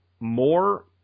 More